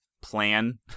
plan